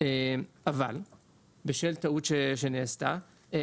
בשל הטעות שנעשתה,